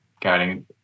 guiding